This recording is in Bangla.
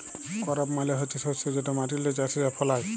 করপ মালে হছে শস্য যেট মাটিল্লে চাষীরা ফলায়